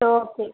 okay